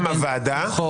-- מטעם הוועדה --- לא.